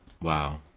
Wow